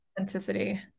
authenticity